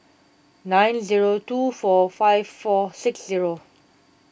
nine zero two four five four six zero